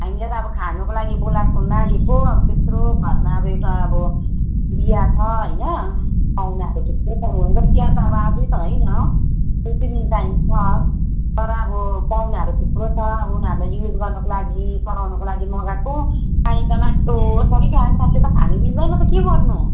हामीलाई त अब खानुको लागि बोलाएको मागेको अब त्यत्रो घरमा अब एउटा अब बिहा छ होइन पाहुनाहरू थुप्रो थुप्रो हुन्छ बिहा त अब आज त होइन दुई तिन दिन टाइम छ तर अब पाहुनाहरू थुप्रो छ अब उनीहरूलाई युज गर्नको लागि चलाउनको लागि मगाएको पानी त माटो सरीको आएछ अब त्यो त खानु मिल्दैन त के गर्नु